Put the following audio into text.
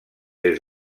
des